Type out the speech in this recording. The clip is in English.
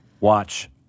Watch